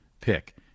pick